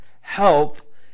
help